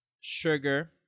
sugar